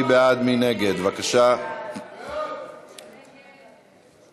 ההסתייגות (15) של קבוצת סיעת הרשימה המשותפת,